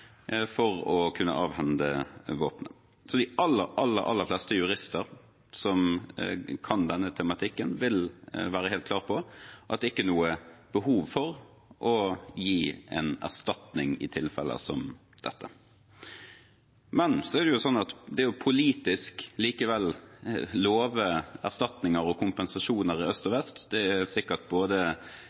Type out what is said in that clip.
for å kunne avhende våpen. De aller, aller fleste jurister som kan denne tematikken, vil være helt klar på at det ikke er noe behov for å gi en erstatning i tilfeller som dette. Men så er likevel det å politisk love erstatninger og kompensasjoner i øst og vest sikkert både behagelig og komfortabelt, særlig når man sitter i opposisjon. Det er